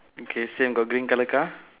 okay same got green colour car